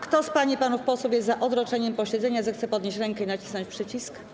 Kto z pań i panów posłów jest za odroczeniem posiedzenia, zechce podnieść rękę i nacisnąć przycisk.